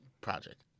project